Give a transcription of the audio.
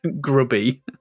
Grubby